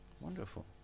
Wonderful